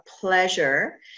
pleasure